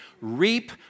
Reap